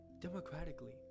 democratically